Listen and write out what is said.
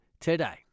today